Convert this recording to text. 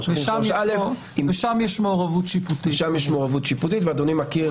23א. שם יש מעורבות שיפוטית ואדוני מכיר